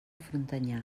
frontanyà